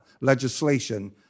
legislation